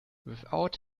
without